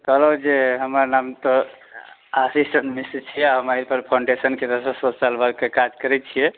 कहलहुॅं जे हमर नाम तऽ आशीष चन्द्र मिश्र छियै हम अरिपन फाउंडेशन के तरफ सऽ सोशल वर्क के काज करै छियै